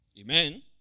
Amen